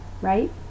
right